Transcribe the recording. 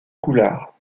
goulard